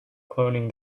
cloning